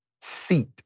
seat